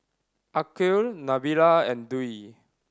Aqil Nabila and Dwi